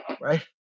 right